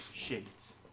Shades